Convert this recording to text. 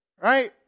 Right